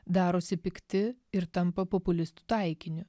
darosi pikti ir tampa populistų taikiniu